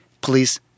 please